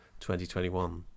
2021